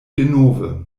denove